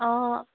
অঁ